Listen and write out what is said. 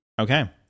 okay